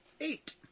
Eight